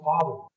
Father